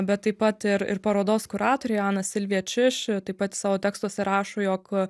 bet taip pat ir ir parodos kuratorė ana silvija čiž taip pat ji savo tekstuose rašo jog